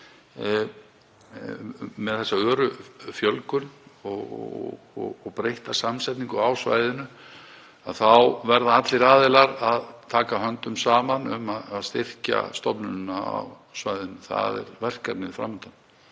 með þeirri öru fjölgun og breyttu samsetningu á svæðinu verða allir aðilar að taka höndum saman um að styrkja stofnunina á svæðinu. Það er verkefnið fram undan.